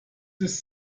ist